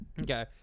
Okay